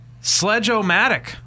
Sledge-o-matic